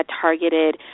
targeted